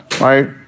right